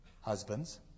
husband's